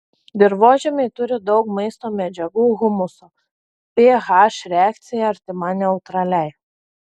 dirvožemiai turi daug maisto medžiagų humuso ph reakcija artima neutraliai